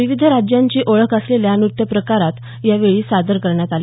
विविध राज्यांची ओळख असलेले नृत्यप्रकार यावेळी सादर करण्यात आले